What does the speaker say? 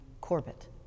corbett